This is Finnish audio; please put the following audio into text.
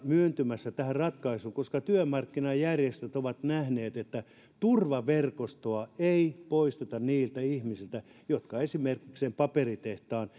myöntymässä tähän ratkaisuun koska työmarkkinajärjestöt ovat nähneet että turvaverkostoa ei poisteta niiltä ihmisiltä jotka esimerkiksi sen paperitehtaan